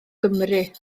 gymru